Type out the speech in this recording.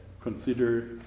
consider